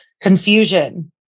confusion